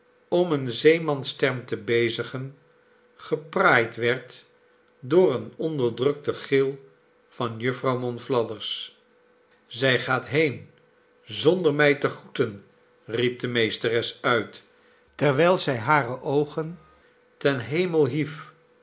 om een zeemansterm te bezigen gepraaid werd door een onderdrukten gil van jufvrouw monflathers zij gaat heen zonder mij te groeten riep de meesteres uit terwijl zij hare oogen ten hemel hief